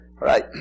right